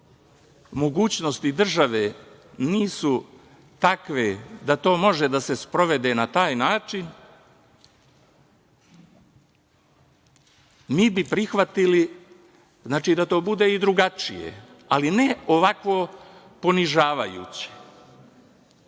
mogućnosti države nisu takve da to može da se sprovede na taj način, mi bi prihvatili da to bude drugačije. Ali, ne ovako ponižavajuće,